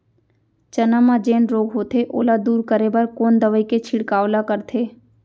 चना म जेन रोग होथे ओला दूर करे बर कोन दवई के छिड़काव ल करथे?